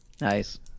Nice